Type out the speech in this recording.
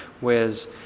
whereas